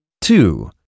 two